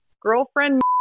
girlfriend